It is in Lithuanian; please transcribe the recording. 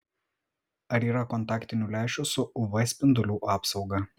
ar yra kontaktinių lęšių su uv spindulių apsauga